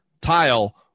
tile